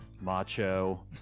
macho